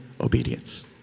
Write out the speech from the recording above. obedience